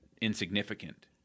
insignificant